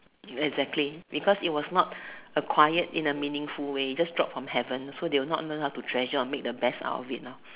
exactly because it was not acquired in a meaningful way just drop from heaven so they would not know how to treasure or make the best out of it lah